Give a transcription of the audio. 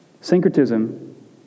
Syncretism